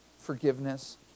forgiveness